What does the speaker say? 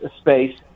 space